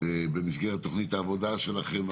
במסגרת תכנית העבודה שלכם?